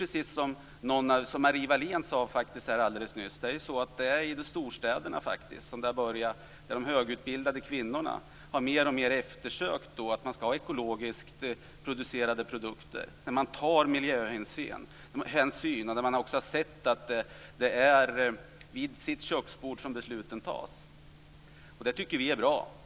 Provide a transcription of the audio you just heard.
Precis som Marie Wilén sade alldeles nyss är det i storstäderna som högutbildade kvinnor mer och mer har efterlyst ekologiskt producerade produkter där man tar miljöhänsyn. Man har sett att det är vid köksbordet som besluten fattas. Det tycker vi är bra.